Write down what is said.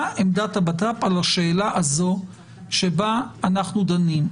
מה עמדת הבט"פ בשאלה הזו שבה אנחנו דנים,